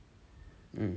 mm